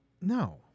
No